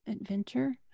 adventure